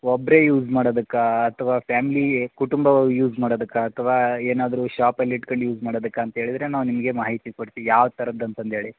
ಒಬ್ಬರೆ ಯೂಸ್ ಮಾಡೋದಕ್ಕಾ ಅಥವಾ ಪ್ಯಾಮ್ಲಿಲಿ ಕುಟುಂಬ ಯೂಸ್ ಮಾಡೋದಕ್ಕಾ ಅಥವಾ ಏನಾದರು ಶಾಪಲ್ಲಿ ಇಟ್ಕಂಡು ಯೂಸ್ ಮಾಡೋದಕ್ಕಾ ಅಂತೇಳಿದ್ರೆ ನಾವು ನಿಮಗೆ ಮಾಹಿತಿ ಕೊಡ್ತಿವಿ ಯಾವ ಥರದ್ದು ಅಂತಂದೇಳಿ